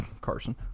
Carson